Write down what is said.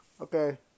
Okay